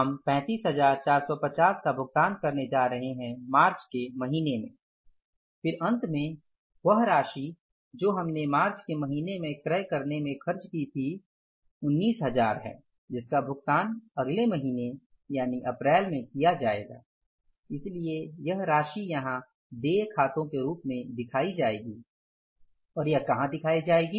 हम 35450 का भुगतान करने जा रहे हैं मार्च के महिने में फिर अंत में वह राशि जो हमने मार्च के महीने में क्रय करने में खर्च की थी 19000 है जिसका भुगतान अगले महीने यानी अप्रैल में किया जाएगा इसलिए यह राशि यहाँ देय खातों के रूप में दिखाई जाएगी और यह कहा दिखाई जाएगी